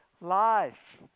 life